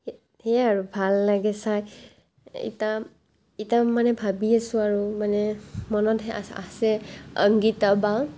এই সেইয়াই আৰু ভাল লাগে চাই ইতা ইতা মানে ভাবি আছোঁ আৰু মানে মনত আছে অংগীতা বা